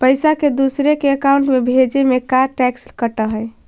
पैसा के दूसरे के अकाउंट में भेजें में का टैक्स कट है?